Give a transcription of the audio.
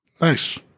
Nice